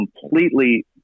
completely